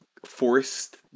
forced